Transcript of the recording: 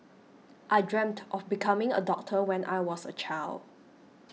I dreamt of becoming a doctor when I was a child